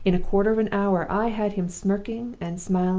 in a quarter of an hour i had him smirking and smiling,